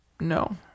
no